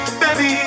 baby